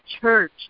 church